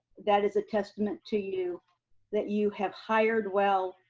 that is a testament to you that you have hired well,